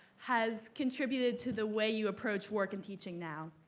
has contributed to the way you approach work and teaching now?